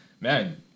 man